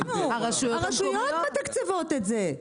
אנחנו, הרשויות מתקצבות את זה.